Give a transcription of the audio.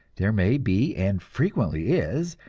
there may be, and frequently is,